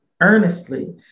earnestly